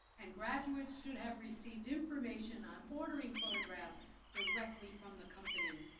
and graduates should have received information on ordering photographs directly from the company.